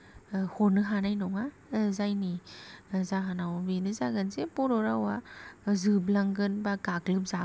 होनो हानाय नङा जायनि जाहोनाव बेनो जागोन जे बर' रावा जोबलांगोन बा गाग्लोबजागोन